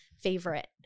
favorite